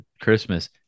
christmas